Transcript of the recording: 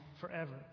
forever